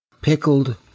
Pickled